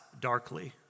darkly